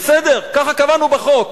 בסדר, ככה קבענו בחוק.